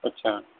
اچھا